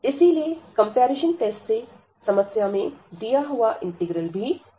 इसीलिए comparison test से समस्या में दिया हुआ इंटीग्रल भी डायवर्ज करेगा